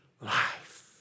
life